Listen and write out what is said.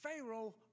Pharaoh